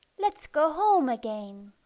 let's go home again.